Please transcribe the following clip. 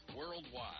worldwide